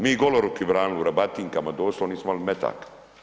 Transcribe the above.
Mi goloruki branili u rabatinkama doslovno, nismo imali metaka.